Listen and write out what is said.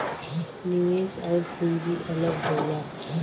निवेश आउर पूंजी अलग होला